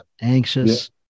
anxious